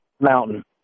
Mountain